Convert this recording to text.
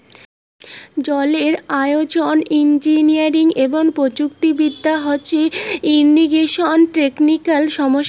জলের আয়োজন, ইঞ্জিনিয়ারিং এবং প্রযুক্তি বিদ্যা হসে ইরিগেশনের টেকনিক্যাল সমস্যা